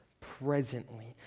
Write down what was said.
presently